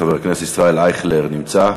חבר הכנסת ישראל אייכלר נמצא?